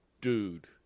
dude